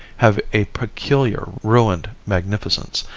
have a peculiar ruined magnificence,